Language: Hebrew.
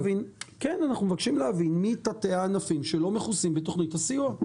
אנחנו מבקשים להבין מי תתי הענפים שלא מכוסים בתוכנית הסיוע.